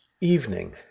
evening